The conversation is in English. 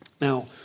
Now